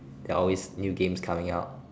there are always new games coming out